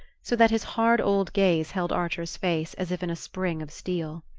so that his hard old gaze held archer's face as if in a spring of steel.